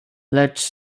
lecz